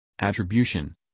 Attribution